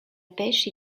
pêche